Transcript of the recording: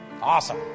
Awesome